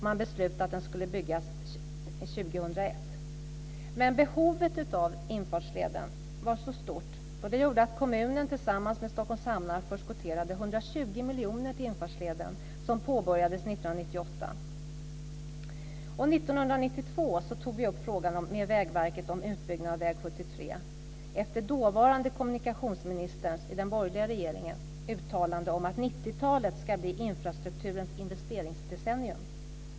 Man beslutade att den skulle byggas Men behovet av infartsleden var stort. Det gjorde att kommunen tillsammans med Stockholms hamn förskotterade 120 miljoner till infartsleden som påbörjades 1998. 1992 tog vi upp frågan med Vägverket om utbyggnad av väg 73 efter den dåvarande borgerliga kommunikationsministerns uttalande om att 90-talet skulle bli infrastrukturens investeringsdecennium.